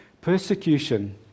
persecution